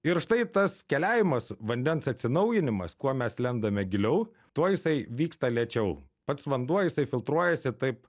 ir štai tas keliavimas vandens atsinaujinimas kuo mes lendame giliau tuo jisai vyksta lėčiau pats vanduo jisai filtruojasi taip